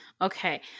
Okay